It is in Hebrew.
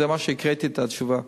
זו התשובה שהקראתי.